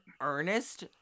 earnest